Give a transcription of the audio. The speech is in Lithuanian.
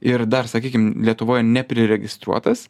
ir dar sakykim lietuvoj nepriregistruotas